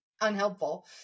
unhelpful